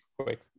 quick